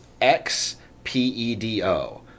X-P-E-D-O